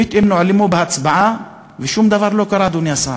פתאום נעלמו בהצבעה, ושום דבר לא קרה, אדוני השר.